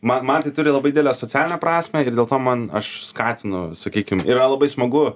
man man tai turi labai didelę socialinę prasmę ir dėl to man aš skatinu sakykim yra labai smagu